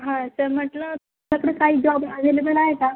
हा तर म्हटलं च्याकडे काही जॉब ॲव्हलेबल आहे का